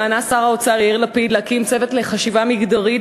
נענה שר האוצר יאיר לפיד והקים במשרד האוצר צוות לחשיבה מגדרית,